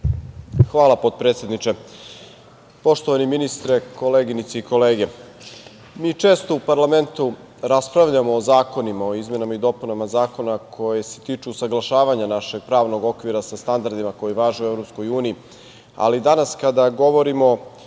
Hvala potpredsedniče. Poštovani ministre, koleginice i kolege, mi često u parlamentu raspravljamo o zakonima, o izmenama i dopunama zakona koji se tiču usaglašavanja našeg pravnog okvira sa standardima koji važe u EU, ali danas kada govorimo